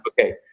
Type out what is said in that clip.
okay